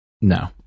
no